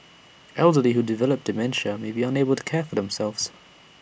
elderly who develop dementia may be unable to care for themselves